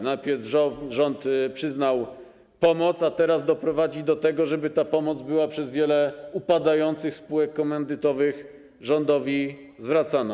Najpierw rząd przyznał pomoc, a teraz doprowadzi do tego, żeby ta pomoc była przez wiele upadających spółek komandytowych rządowi zwracana.